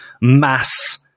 mass